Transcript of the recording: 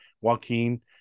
Joaquin